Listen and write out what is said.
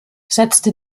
setzte